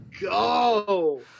go